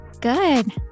Good